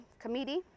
committee